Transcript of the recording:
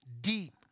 deep